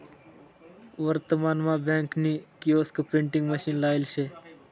वर्तमान मा बँक नी किओस्क प्रिंटिंग मशीन लायेल शे